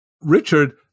Richard